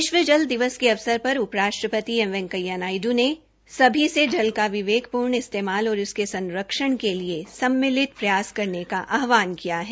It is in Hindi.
विश्व जल दिवस के अवसर पर उप राष्ट्रपति एम वेकैंया नायडू ने सभी से जल का विवेकपूर्ण इस्तेमाल और इसके संरक्षण के लिए सम्मिलित प्रयास करने का आह्वान किया है